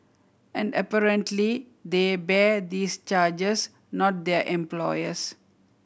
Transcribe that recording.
and apparently they bear these charges not their employers